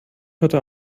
heute